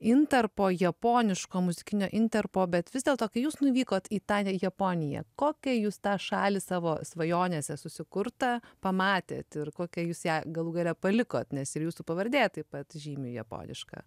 intarpo japoniško muzikinio intarpo bet vis dėlto kai jūs nuvykot į tą ne japoniją kokią jūs tą šalį savo svajonėse susikurtą pamatėt ir kokią jūs ją galų gale palikot nes ir jūsų pavardė taip pat žymi japonišką